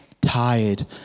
tired